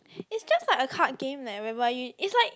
it's just like a card game leh whereby you it's like